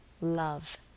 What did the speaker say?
love